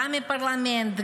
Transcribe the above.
גם מהפרלמנט,